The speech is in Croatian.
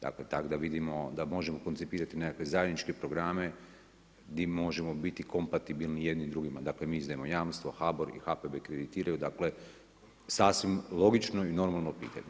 Dakle tako da možemo koncipirati nekakve zajedničke programe, di možemo biti kompatibilni jedni drugima, dakle mi izdajemo jamstva, HABOR i HPB kreditiraju, sasvim logično i normalno pitanje.